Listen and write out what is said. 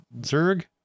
Zerg